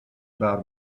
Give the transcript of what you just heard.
about